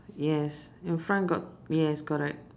yes in front got yes correct